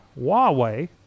Huawei